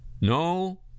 no